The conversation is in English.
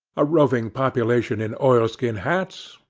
a roving population in oilskin hats,